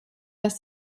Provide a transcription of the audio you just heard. dass